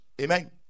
Amen